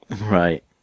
Right